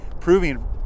proving